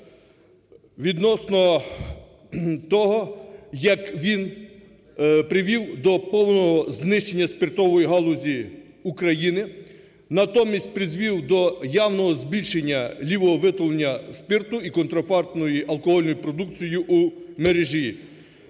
відносно того, як він привів до повного знищення спиртової галузі України, натомість призвів до явного збільшення "лівого" виготовлення спирту і контрафактної алкогольної продукції у мережі.